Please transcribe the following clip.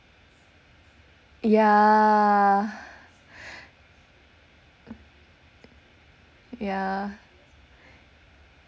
yeah yeah